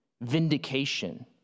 vindication